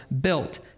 built